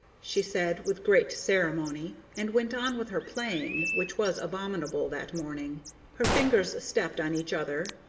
she said, with great ceremony, and went on with her playing, which was abominable that morning her fingers stepped on each other,